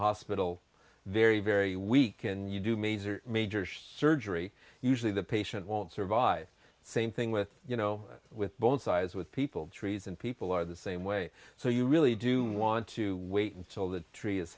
hospital very very weak and you do major major surgery usually the patient won't survive same thing with you know with bone size with people trees and people are the same way so you really do want to wait until the tree is